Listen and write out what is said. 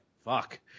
fuck